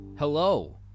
Hello